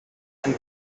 and